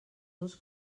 dos